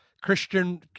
christian